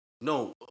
No